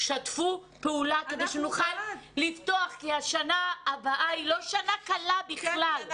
שתפו פעולה כדי שנוכל לפתוח כי השנה הבאה היא לא שנה קלה בכלל.